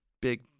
big